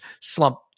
slump